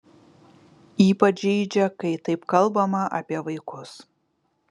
ypač žeidžia kai taip kalbama apie vaikus